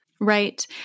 Right